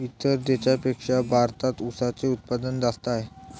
इतर देशांपेक्षा भारतात उसाचे उत्पादन जास्त आहे